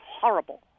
horrible